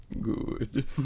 Good